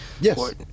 Yes